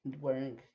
wearing